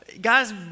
Guys